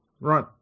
right